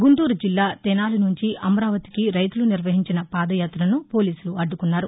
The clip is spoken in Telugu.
గుంటూరు జిల్లా తెనాలి నుంచి అమరావతికి రైతులు నిర్వహించిన పాదయాత్రను పోలీసులు అడ్డుకున్నారు